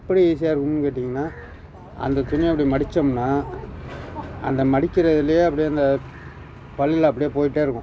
எப்படி ஈஸியாக இருக்கும்னு கேட்டிங்கனால் அந்த துணியை அப்படி மடிச்சோம்னா அந்த மடிக்கிறதிலயே அப்படியே அந்த பல்ல அப்படியே போயிகிட்டே இருக்கும்